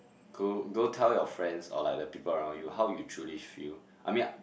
go go tell your friends or like the people around you how you truly feel I mean I